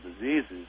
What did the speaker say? diseases